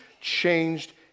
changed